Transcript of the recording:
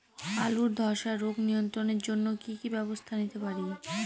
আলুর ধ্বসা রোগ নিয়ন্ত্রণের জন্য কি কি ব্যবস্থা নিতে পারি?